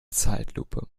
zeitlupe